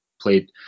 played